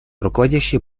руководящие